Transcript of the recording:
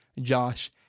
Josh